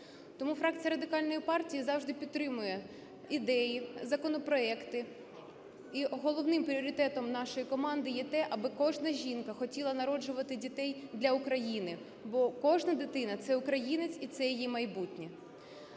Тому фракція Радикальної партії завжди підтримує ідеї, законопроекти, і головним пріоритетом нашої команди є те, аби кожна жінка хотіла народжувати дітей для України, бо кожна дитина – це українець і це її майбутнє.